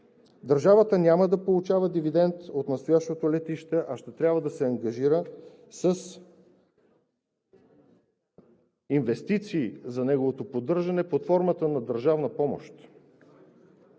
Държавата няма да получава дивидент от настоящото летище, а ще трябва да се ангажира с инвестиции за неговото поддържане под формата на държавна помощ.